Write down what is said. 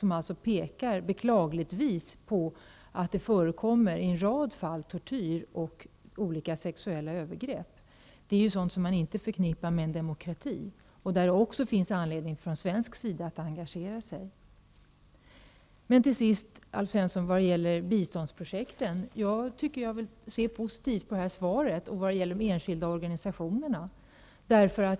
Man pekar i dessa på att det beklagligtvis förekommit en rad fall av tortyr och olika sexuella övergrepp. Det är sådant som man inte förknippar med en demokrati, och det finns också här anledning från svensk sida att engagera sig. När det slutligen gäller biståndsprojekten, Alf Svensson, ser jag positivt på svaret vad gäller de enskilda organisationerna.